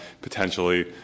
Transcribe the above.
potentially